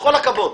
בכל הכבוד.